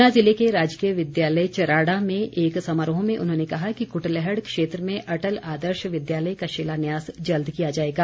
ऊना जिले के राजकीय विद्यालय चराड़ा में एक समारोह में उन्होंने कहा कि कुटलैहड़ क्षेत्र में अटल आदर्श विद्यालय का शिलान्यास जल्द किया जाएगा